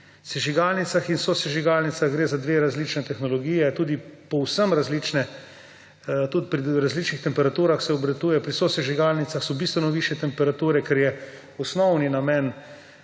sežigalnicah in sosežigalnicah gre za dve različni tehnologiji, tudi povsem različni, tudi pri različnih temperaturah se obratuje. Pri sosežigalnicah so bistveno višje temperature, ker je osnovni namen